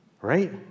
Right